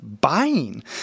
buying